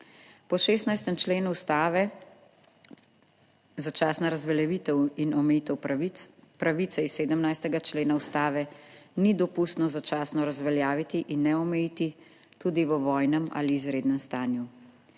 po 16. členu Ustave Začasna razveljavitev in omejitev pravic. Pravice iz 17. člena ustave ni dopustno začasno razveljaviti in ne omejiti tudi v vojnem ali izrednem stanju.